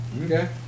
Okay